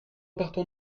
partons